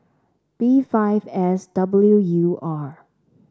B five S W U R